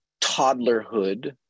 toddlerhood